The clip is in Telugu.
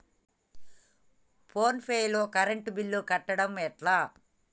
ఫోన్ పే లో కరెంట్ బిల్ కట్టడం ఎట్లా?